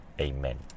Amen